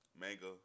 manga